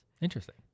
Interesting